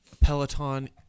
Peloton